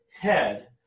head